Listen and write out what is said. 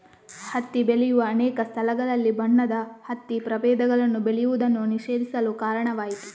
ಹತ್ತಿ ಬೆಳೆಯುವ ಅನೇಕ ಸ್ಥಳಗಳಲ್ಲಿ ಬಣ್ಣದ ಹತ್ತಿ ಪ್ರಭೇದಗಳನ್ನು ಬೆಳೆಯುವುದನ್ನು ನಿಷೇಧಿಸಲು ಕಾರಣವಾಯಿತು